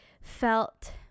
felt